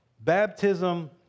Baptism